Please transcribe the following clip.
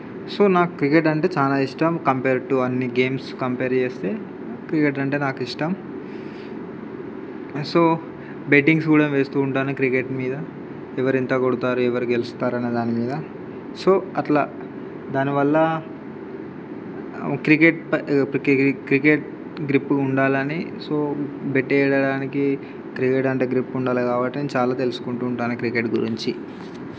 so నాకు cricket అంటే చాలా ఇష్టం కంపేరిటివ్ టు అన్నీ గేమ్స్ కంపేర్ చేస్తే క్రికెట్ అంటే నాకు ఇష్టం సో బెట్టింగ్స్ కూడా వేస్తు ఉంటాను క్రికెట్ మీద ఎవరు ఎంత కొడతారు ఎవరు గెలుస్తారు అన్న దాని మీద సో అట్లా దాని వల్ల క్రికెట్ క్రికెట్ గ్రిప్పు ఉండాలని సో బెట్టు వేయడానికి క్రికెట్ అంటే గ్రిప్ ఉండాలి కాబట్టి నేను చాలా తెలుసుకుంటు ఉంటాను క్రికెట్ గురించి